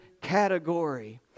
category